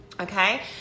okay